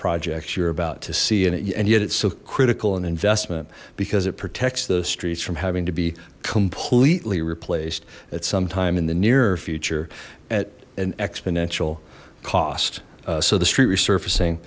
projects you're about to see and yet it's so critical and investment because it protects those streets from having to be completely replaced at some time in the near future at an exponential cost so the street resurfacing